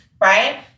right